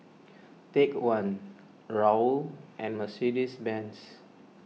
Take one Raoul and Mercedes Benz